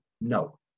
no